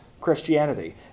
Christianity